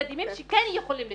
מדהימים שכן יכולים לתמוך.